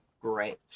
Great